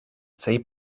цей